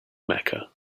mecca